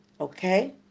Okay